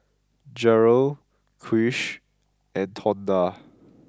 Jerrell Krish and Tonda